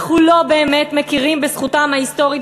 אנחנו לא באמת מכירים בזכותם ההיסטורית,